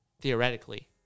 theoretically